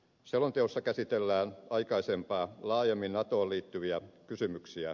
selonteossa käsitellään aikaisempaa laajemmin natoon liittyviä kysymyksiä